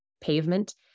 pavement